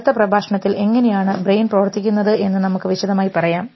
അടുത്ത പ്രഭാഷണത്തിൽ എങ്ങനെയാണ് ബ്രെയിൻ പ്രവർത്തിക്കുന്നത് എന്ന് നമുക്ക് വിശദമായി പറയാം